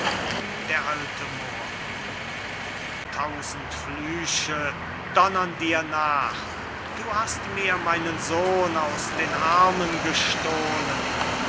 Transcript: der alte moor tausend flüche donnern dir nach du hast mir meinen sohn aus den armen gestohlen